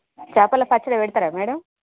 చేపల పచ్చడి పెడుతారా మేడం